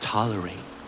Tolerate